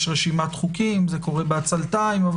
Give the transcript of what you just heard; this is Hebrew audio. יש רשימת חוקים, זה קורה בעצלתיים.